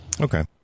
Okay